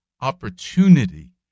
opportunity